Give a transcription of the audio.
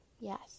Yes